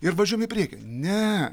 ir važiuojam į priekį ne